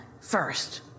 first